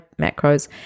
macros